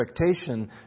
expectation